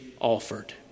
offered